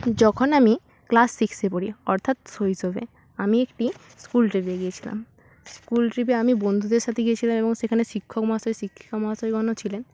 যখন আমি ক্লাস সিক্সে পড়ি অর্থাৎ শৈশবে আমি একটি স্কুল ট্রিপে গিয়েছিলাম স্কুল ট্রিপে আমি বন্ধুদের সাথে গিয়েছিলাম এবং সেখানে শিক্ষক মহাশয় শিক্ষিকা মহাশয়গণও ছিলেন